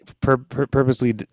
purposely